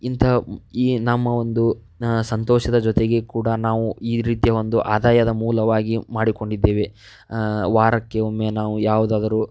ಇಂತಹ ಈ ನಮ್ಮ ಒಂದು ಸಂತೋಷದ ಜೊತೆಗೆ ಕೂಡ ನಾವು ಈ ರೀತಿಯ ಒಂದು ಆದಾಯದ ಮೂಲವಾಗಿ ಮಾಡಿಕೊಂಡಿದ್ದೇವೆ ವಾರಕ್ಕೆ ಒಮ್ಮೆ ನಾವು ಯಾವುದಾದರೂ